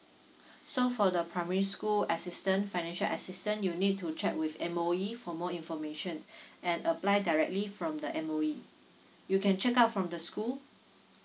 so for the primary school assistant financial assistant you need to check with M_O_E for more information and apply directly from the M_O_E you can check out from the school